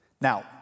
Now